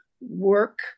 work